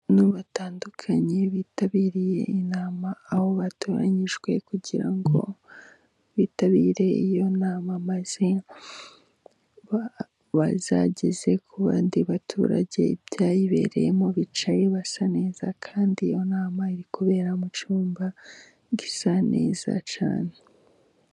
Abantu batandukanye bitabiriye inama aho batoranyijwe kugira ngo bitabire iyo nama, maze bazageze ku bandi baturage ibyayibereyemo. Bicaye basa neza kandi iyo nama iri kubera mu cyumba gisa neza cyane.